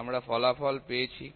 আমরা ফলাফল পেয়েছি